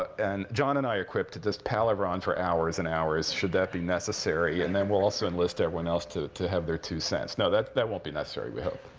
and john and i are equipped to just palaver on for hours and hours, should that be necessary. and then we'll also enlist everyone else to have their two cents. no, that that won't be necessary, we hope.